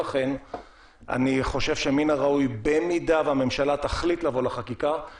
ולכן הוחלט בשלב הזה לבקש מהוועדה בסך